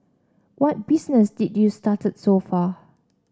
what business did u started so far